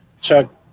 Chuck